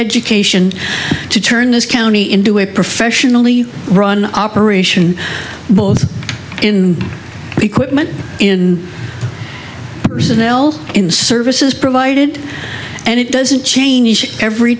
education to turn this county into a professionally run operation in equipment in personnel in service is provided and it doesn't change every